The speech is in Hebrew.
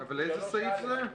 אבל איזה סעיף זה?